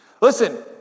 Listen